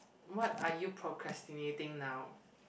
what are you procrastinating now